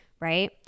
right